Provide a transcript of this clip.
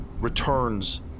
returns